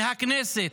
מהכנסת,